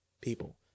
people